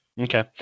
Okay